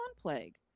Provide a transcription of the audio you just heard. plague